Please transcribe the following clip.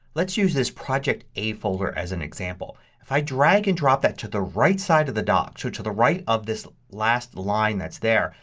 let's use this project a folder as an example. if i drag and drop that to the right side of the dock, to to the right of this last line there,